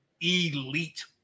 elite